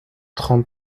trente